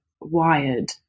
wired